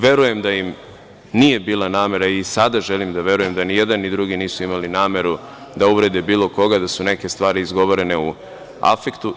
Verujem da im nije bila namera i sada želim da verujem da ni jedan ni drugi nisu imali nameru da uvrede bilo koga, da su neke stvari izgovorene u afektu.